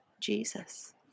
Jesus